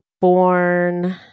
born